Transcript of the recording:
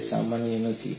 તે સમાન નથી